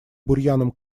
бурьяном